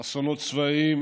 אסונות צבאיים